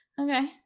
okay